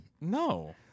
no